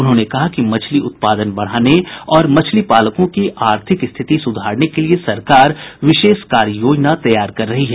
उन्होंने कहा कि मछली उत्पादन बढ़ाने और मछली पालकों की आर्थिक स्थिति सुधारने के लिये सरकार विशेष कार्ययोजना तैयार कर रही है